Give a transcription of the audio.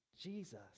Jesus